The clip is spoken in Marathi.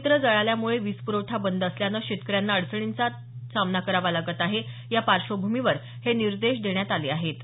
रोहित्र जळाल्यामुळे वीज पुरवठा बंद असल्यान शेतकऱ्यांना अडचणींना तोंड द्यावं लागत आहे या पार्श्वभूमीवर हे निर्देश देण्यात आले आहेत